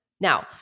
Now